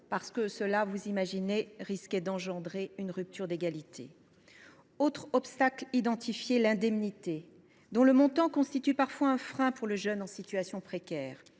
sélectives. Cela, vous l’imaginez, risquait de créer une rupture d’égalité. Autre obstacle identifié, l’indemnité, dont le montant constitue parfois un frein pour le jeune en situation précaire.